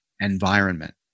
environment